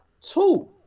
Two